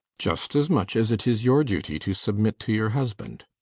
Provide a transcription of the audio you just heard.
just as much as it is your duty to submit to your husband.